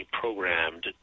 programmed